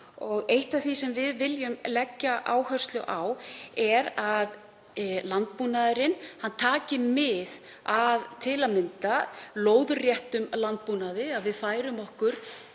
eitt af því sem við viljum leggja áherslu á er að landbúnaðurinn taki til að mynda mið af lóðréttum landbúnaði, að við færum okkur